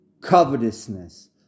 covetousness